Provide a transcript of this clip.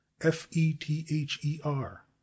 F-E-T-H-E-R